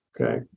okay